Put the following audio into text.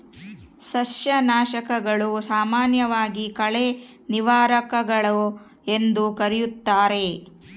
ಸಸ್ಯನಾಶಕಗಳು, ಸಾಮಾನ್ಯವಾಗಿ ಕಳೆ ನಿವಾರಕಗಳು ಎಂದೂ ಕರೆಯುತ್ತಾರೆ